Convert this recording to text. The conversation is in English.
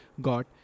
got